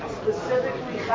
specifically